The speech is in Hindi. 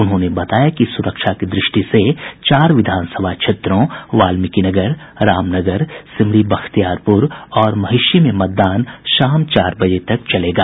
उन्होंने बताया कि सुरक्षा की दृष्टि से चार विधानसभा क्षेत्रों वाल्मीकिनगर रामनगर सिमरी बख्तियारप्र और महिषी में मतदान शाम चार बजे तक होगा